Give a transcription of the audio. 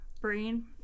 brain